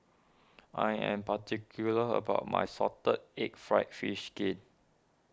I am particular about my Salted Egg Fried Fish Skin